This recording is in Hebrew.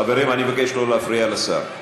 חברים, אני מבקש לא להפריע לשר.